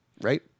Right